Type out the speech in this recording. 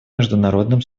международным